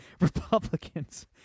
Republicans